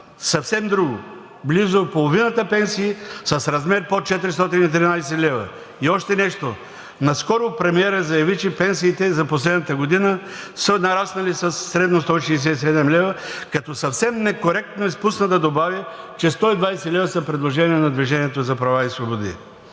съвсем друго – близо половината пенсии са с размер под 413 лв. И още нещо. Наскоро премиерът заяви, че пенсиите за последната година са нараснали средно със 167 лв., като съвсем некоректно изпусна да добави, че 120 лв. са предложение на „Движение за права и свободи“.